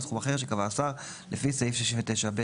סכום אחר שקבע השר לפי סעיף 69(ב)(3)"".